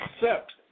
accept